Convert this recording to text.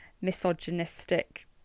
misogynistic